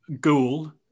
ghoul